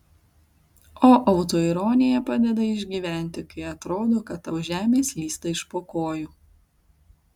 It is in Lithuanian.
o autoironija padeda išgyventi kai atrodo kad tau žemė slysta iš po kojų